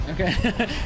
Okay